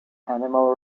animal